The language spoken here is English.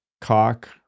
cock